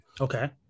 Okay